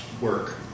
work